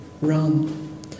run